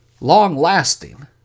long-lasting